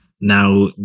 now